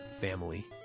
family